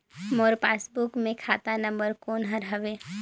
मोर passbook मे खाता number कोन हर हवे?